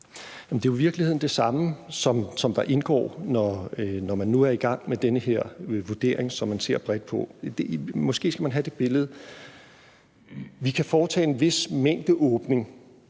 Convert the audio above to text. Det er jo i virkeligheden det samme, som der indgår, når man nu er i gang med den her vurdering, som man ser bredt på. Måske skal man have det billede, at vi kan foretage en vis mængde åbning,